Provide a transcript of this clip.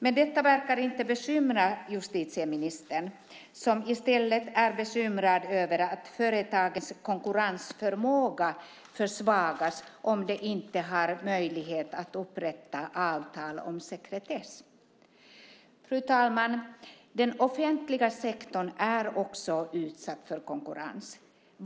Men detta verkar inte bekymra justitieministern som i stället är bekymrad över att företagens konkurrensförmåga försvagas om de inte har möjlighet att upprätta avtal om sekretess. Fru talman! Den offentliga sektorn är också utsatt för konkurrens.